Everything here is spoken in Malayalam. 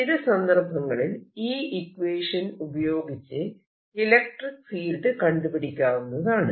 ചില സന്ദർഭങ്ങളിൽ ഈ ഇക്വേഷൻ ഉപയോഗിച്ച് ഇലക്ട്രിക്ക് ഫീൽഡ് കണ്ടുപിടിക്കാവുന്നതാണ്